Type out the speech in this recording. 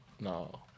no